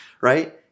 right